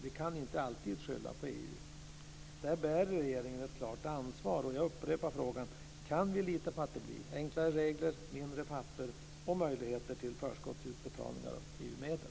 Vi kan inte alltid skylla på EU. Där bär regeringen ett klart ansvar. Jag upprepar därför frågan: Kan vi lita på att det blir enklare regler, att det blir mindre papper och att det blir möjligheter till förskottsutbetalningar av EU-medel?